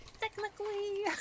Technically